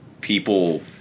people